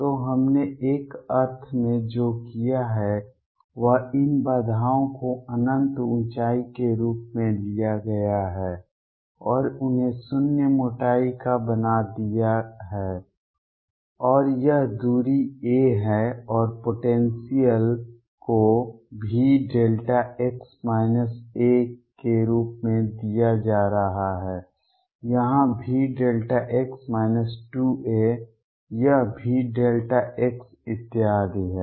तो हमने एक अर्थ में जो किया है वह इन बाधाओं को अनंत ऊंचाई के रूप में लिया गया है और उन्हें शून्य मोटाई का बना दिया है और यह दूरी a है और पोटेंसियल को Vδx a के रूप में दिया जा रहा है यहां Vδx 2a यह Vδ इत्यादि है